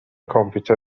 کامپیوتر